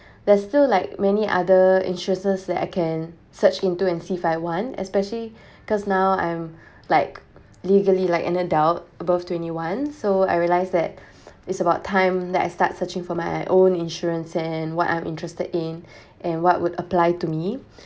there's still like many other interests that I can search into and see if I want especially cause now I'm like legally like an adult above twenty one so I realised that it's about time that I start searching for my own insurance and what I'm interested in and what would apply to me